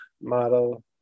model